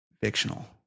fictional